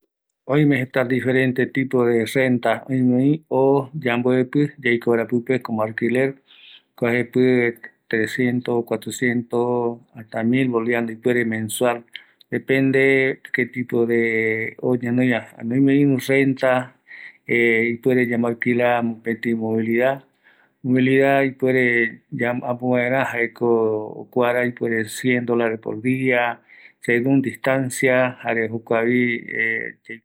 Oime jeta kïrai yaiporu vaera alquiler, ooregua yajiñavo oi, mbapipopa, irundipopa, ojo vi jepi eta, kua bolivianope, oime vi yaiporu vaera auto, payandepopa rupi mopeti ara, kusnjsr dolarpe, erei oime yave yaraja mombɨri, iruvi jepi